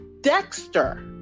Dexter